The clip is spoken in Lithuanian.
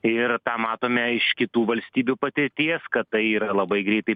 ir tą matome iš kitų valstybių padėties kad tai yra labai greitai